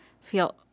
feel